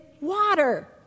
water